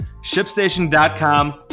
ShipStation.com